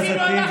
חבר הכנסת טיבי,